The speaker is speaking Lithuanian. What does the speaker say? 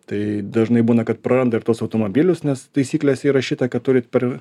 tai dažnai būna kad praranda ir tuos automobilius nes taisyklėse įrašyta kad turit per